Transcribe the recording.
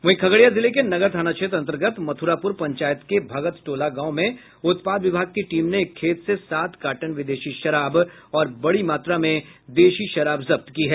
वहीं खगड़िया जिले के नगर थाना क्षेत्र अंतर्गत मथुरापुर पंचायत के भगत टोला गांव में उत्पाद विभाग की टीम ने एक खेत से सात कार्टन विदेशी शराब और बड़ी मात्रा में देशी शराब जब्त की है